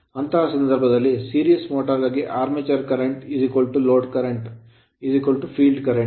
ಅಂತಹ ಸಂದರ್ಭದಲ್ಲಿ series motor ಸರಣಿ ಮೋಟರ್ ಗಾಗಿ armature current armature current load current load current field current field current